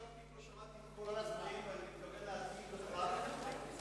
ישבתי פה ושמעתי את כל הדברים ואני מתכוון, במשך